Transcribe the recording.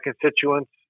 constituents